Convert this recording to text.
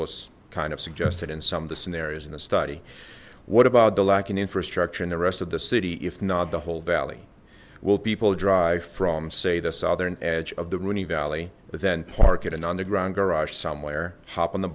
was kind of suggested in some of the scenarios in a study what about the lacking infrastructure in the rest of the city if not the whole valley will people drive from say the southern edge of the rooney valley then park it an underground garage somewhere hop on the